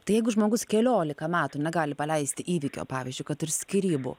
tai jeigu žmogus keliolika metų negali paleisti įvykio pavyzdžiui kad ir skyrybų